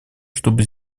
чтобы